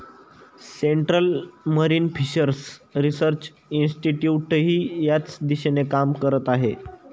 central marine fishers research इन्स्टिट्यूटही याच दिशेने काम करत आहे